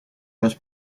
most